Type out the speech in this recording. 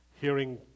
hearing